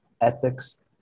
ethics